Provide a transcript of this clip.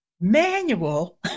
manual